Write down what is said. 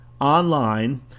online